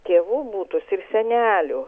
tėvų butus ir senelių